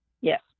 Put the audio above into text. yes